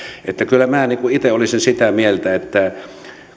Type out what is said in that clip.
kyllä minä itse olisin sitä mieltä että